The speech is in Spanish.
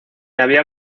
había